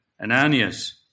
Ananias